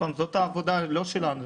זאת עבודה לא שלנו,